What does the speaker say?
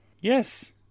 Yes